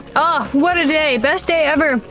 oh, what a day! best day ever.